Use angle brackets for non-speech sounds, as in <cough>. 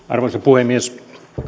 <unintelligible> arvoisa puhemies